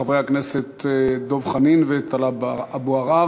של חברי הכנסת דב חנין וטלב אבו עראר.